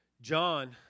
John